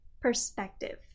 Perspective